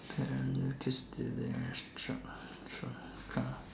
parent and kids do their trial trial trial